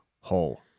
whole